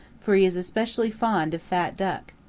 for he is especially fond of fat duck.